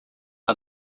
are